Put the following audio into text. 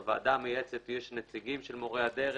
בוועדה המייעצת יש נציגים של מורי הדרך.